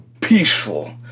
peaceful